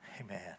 Amen